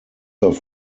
auf